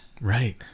Right